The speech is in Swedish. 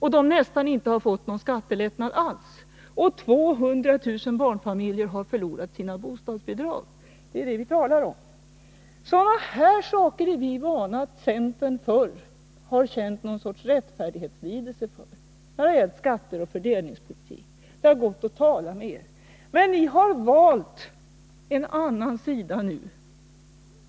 De har nästan inte fått någon skattelättnad alls. Vidare har 200 000 barnfamiljer förlorat sina bostadsbidrag. Det är det som vi talar om. Vi har förut varit vana vid att centern har känt någon sorts rättfärdighetslidelse för sådana här saker som t.ex. skatter och fördelningspolitik. Det har gått att tala med er. Men ni har valt en annan sida nu.